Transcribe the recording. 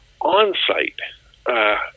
on-site